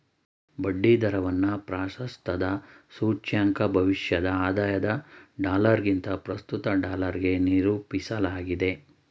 ಬಡ್ಡಿ ದರವನ್ನ ಪ್ರಾಶಸ್ತ್ಯದ ಸೂಚ್ಯಂಕ ಭವಿಷ್ಯದ ಆದಾಯದ ಡಾಲರ್ಗಿಂತ ಪ್ರಸ್ತುತ ಡಾಲರ್ಗೆ ನಿರೂಪಿಸಲಾಗಿದೆ